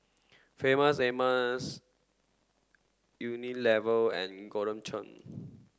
famous Amos Unilever and Golden Churn